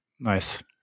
nice